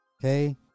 Okay